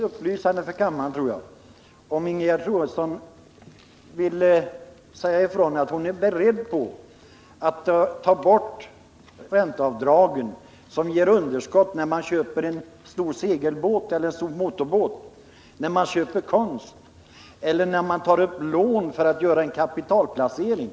upplysande för kammarens ledamöter, om Ingegerd Troedsson ville säga ifrån att hon är beredd att avskaffa avdrag för underskottsräntor på lån som tas upp i samband med t.ex. köp av en stor segelbåt eller en motorbåt eller av konst eller underskottsräntor på lån för att finansiera en kapitalplacering.